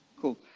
Cool